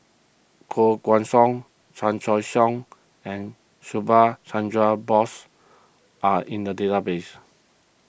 Koh Guan Song Chan Choy Siong and Subhas Chandra Bose are in the database